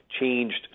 changed